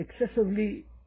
excessively